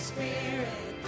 Spirit